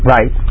Right